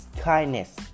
kindness